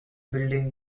building